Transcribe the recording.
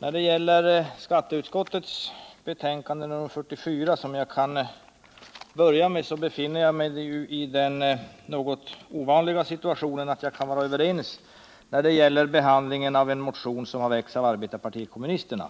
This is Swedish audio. När det till att börja med gäller skatteutskottets betänkande nr 44 befinner jag mig i den något ovanliga situationen att jag kan vara överens med utskottet i fråga om behandlingen av en motion som har väckts av arbetarpartiet kommunisterna.